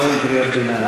בלי קריאות ביניים.